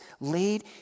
laid